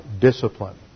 discipline